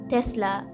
Tesla